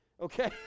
Okay